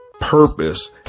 purpose